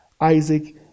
Isaac